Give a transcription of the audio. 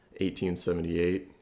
1878